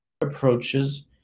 approaches